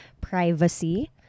privacy